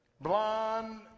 Blonde